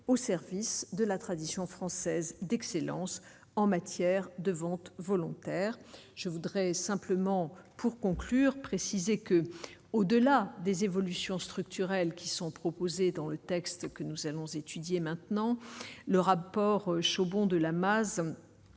au service de la tradition française d'excellence en matière de vente volontaire, je voudrais simplement pour conclure préciser que, au-delà des évolutions structurelles qui sont proposés dans le texte que nous allons étudier maintenant le rapport chaud bon de l'Amazone